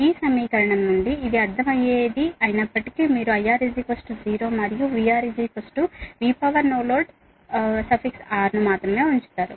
ఈ సమీకరణం నుండి ఇది అర్థమయ్యేది అయినప్పటికీ మీరు IR 0 మరియు VR VRNL ను మాత్రమే ఉంచుతారు